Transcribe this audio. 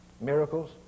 miracles